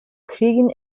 kriegen